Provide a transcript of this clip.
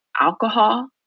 alcohol